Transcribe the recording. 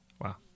Wow